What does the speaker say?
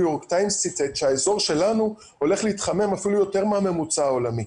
יורק טיימס ציטט שהאזור שלנו הולך להתחמם אפילו יותר מהממוצע העולמי